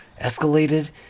escalated